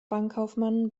bankkaufmann